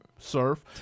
Surf